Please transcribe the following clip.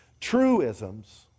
truisms